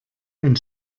ein